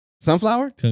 Sunflower